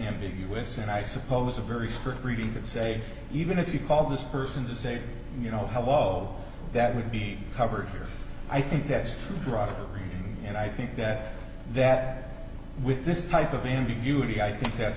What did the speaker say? ambiguous and i suppose a very strict reading of that say even if you call this person to say you know how all that would be covered here i think that's true roger and i think that that with this type of ambiguity i think that's